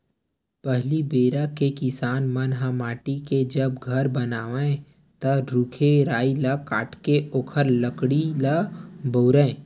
पहिली बेरा के किसान मन ह माटी के जब घर बनावय ता रूख राई ल काटके ओखर लकड़ी ल बउरय